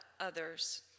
others